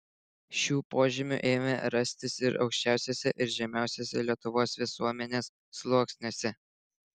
šių požymių ėmė rastis ir aukščiausiuose ir žemiausiuose lietuvos visuomenės sluoksniuose